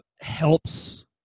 helps